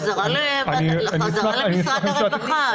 חזרה למשרד הרווחה,